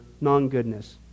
non-goodness